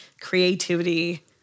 creativity